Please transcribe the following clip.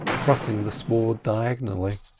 crossing the sward diagonally.